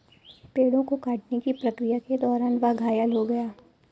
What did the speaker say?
पेड़ों को काटने की प्रक्रिया के दौरान वह घायल हो गया